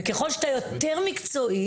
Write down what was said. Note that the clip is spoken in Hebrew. וככל שאתה יותר מקצועי